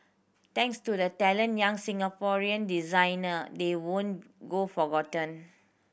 thanks to the talented young Singaporean designer they won't go forgotten